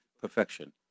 perfection